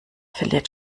verliert